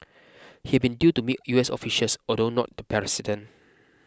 he had been due to meet U S officials although not the president